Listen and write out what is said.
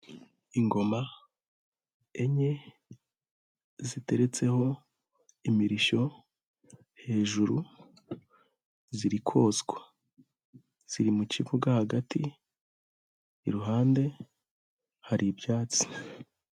Ingoma enye ziteretseho imirishyo hejuru zirikoswa, ziri mu kibuga hagati iruhande hari ibyatsi.